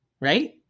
right